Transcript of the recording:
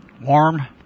Warm